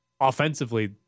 offensively